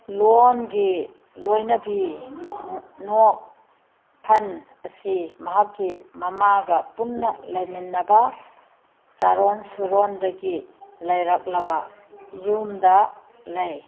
ꯂꯣꯟꯒꯤ ꯂꯣꯏꯅꯕꯤ ꯅꯣꯛ ꯐꯟ ꯑꯁꯤ ꯃꯍꯥꯛꯀꯤ ꯃꯃꯥꯒ ꯄꯨꯟꯅ ꯂꯩꯃꯤꯟꯅꯕ ꯆꯥꯔꯣꯜ ꯁꯨꯔꯣꯜꯗꯒꯤ ꯂꯩꯔꯛꯂꯕ ꯌꯨꯝꯗ ꯂꯩ